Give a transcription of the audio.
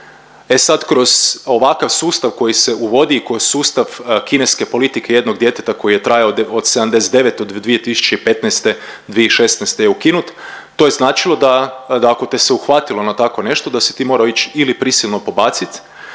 E sad kroz ovakav sustav koji se uvodi ko sustav kineske politike jednog djeteta koji je trajao od '79. do 2015., 2016. je ukinut to je značilo da ako te se uhvatilo na tako nešto da si ti morao ići ili prisilno pobacit,